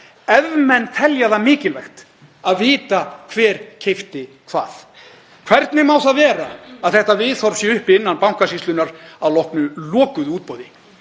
Ef menn telja það mikilvægt að vita hver keypti hvað. Hvernig má það vera að þetta viðhorf sé uppi innan Bankasýslunnar að loknu lokuðu útboði?